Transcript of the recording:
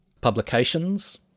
publications